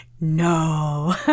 No